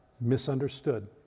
Misunderstood